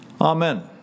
Amen